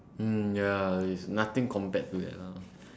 mm ya it's nothing compared to that lah